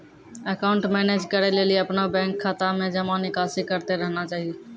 account manage करै लेली अपनो बैंक खाता मे जमा निकासी करतें रहना चाहि